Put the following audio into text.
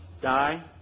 Die